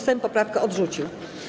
Sejm poprawkę odrzucił.